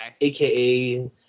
AKA